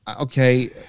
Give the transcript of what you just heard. okay